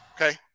Okay